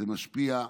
זה משפיע,